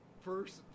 First